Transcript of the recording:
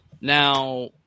Now